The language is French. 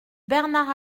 bernard